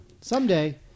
Someday